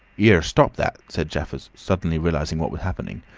here, stop that, said jaffers, suddenly realising what was happening.